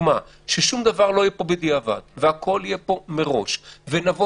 לדוגמה ששום דבר לא יהיה בדיעבד והכול יהיה פה מראש ונבוא